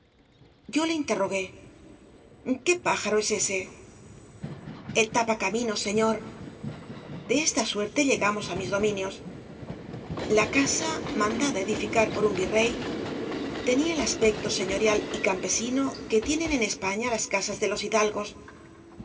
yo le interrogué obras de valle inclan qué pájaro es ese el tapa caminos señor de esta suerte llegamos á mis dominios la casa mandada edifkar por un virrey tenía el aspecto señorial y campesino que tienen en españa las casas de los hidalgos